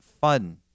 fun